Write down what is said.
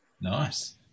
Nice